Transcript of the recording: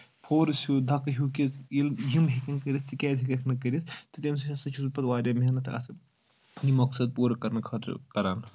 force ہیٚو دَکہٕ ہیٚو کہِ ییٚلہِ یِم ہیٚکن کٔرِتھ ژٕ کیٛازِ ہیٚکَکھ نہٕ کٔرِتھ تہٕ تَمہِ سۭتۍ ہَسا چھُس بہٕ پَتہٕ واریاہ محنت آسان یہِ مقصد پوٗرٕ کَرنہٕ خٲطرٕ کَران